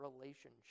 relationship